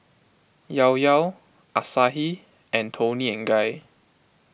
Ilao Ilao Asahi and Toni and Guy